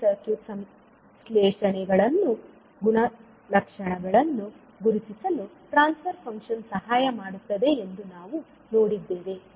ವಿವಿಧ ಸರ್ಕ್ಯೂಟ್ ಸಂಶ್ಲೇಷಣೆಗಳನ್ನು ಗುಣಲಕ್ಷಣಗಳನ್ನು ಗುರುತಿಸಲು ಟ್ರಾನ್ಸ್ ಫರ್ ಫಂಕ್ಷನ್ ಸಹಾಯ ಮಾಡುತ್ತದೆ ಎಂದು ನಾವು ನೋಡಿದ್ದೇವೆ